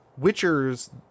witchers